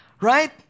Right